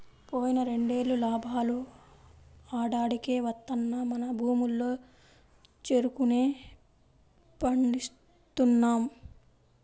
పోయిన రెండేళ్ళు లాభాలు ఆడాడికే వత్తన్నా మన భూముల్లో చెరుకునే పండిస్తున్నాం